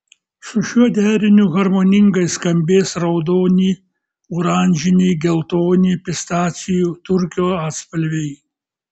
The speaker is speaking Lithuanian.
su šiuo deriniu harmoningai skambės raudoni oranžiniai geltoni pistacijų turkio atspalviai